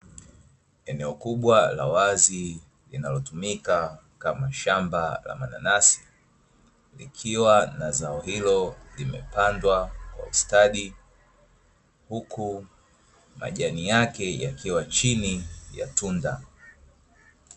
Eneo kubwa la wazi linalotumika kama shamba la mananasi, likiwa na zao hilo limepandwa kwa ustadi, huku majani yake yakiwa chini ya tunda.